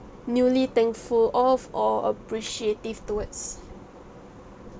newly thankful of or appreciative towards